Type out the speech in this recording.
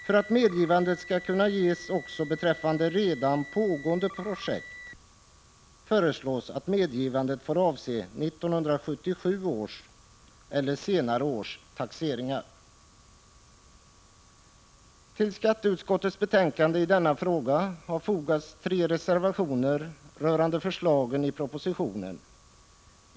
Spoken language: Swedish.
För att medgivande skall kunna ges också beträffande redan pågående projekt föreslås att medgivande får avse 1977 års eller senare års taxeringar. Till skatteutskottets betänkande i denna fråga har fogats tre reservationer rörande förslagen i propositionen.